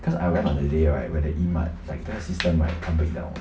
cause I went on the day right where the E mart like the system like company down